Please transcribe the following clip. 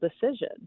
decision